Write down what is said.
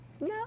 No